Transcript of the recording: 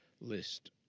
list